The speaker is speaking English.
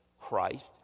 Christ